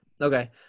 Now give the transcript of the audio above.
okay